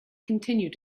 continue